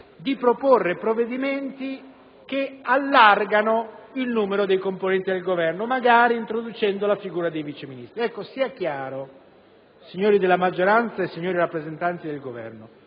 di proporre provvedimenti che allargano il numero dei componenti del Governo, magari introducendo la figura dei Vice ministri. Sia chiaro, signori rappresentanti della maggioranza e signori del Governo,